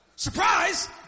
Surprise